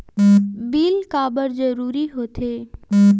Bill काबर जरूरी होथे?